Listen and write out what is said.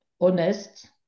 honest